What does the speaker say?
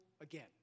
again